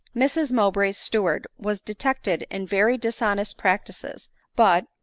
mrs mowbray's steward was detected in very dishonest practices but,